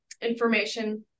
information